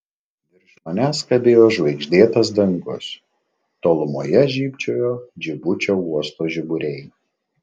virš manęs kabėjo žvaigždėtas dangus tolumoje žybčiojo džibučio uosto žiburiai